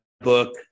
book